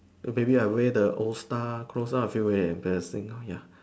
maybe I wear the old star clothes lor I feel very embarrassing lor ya